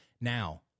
Now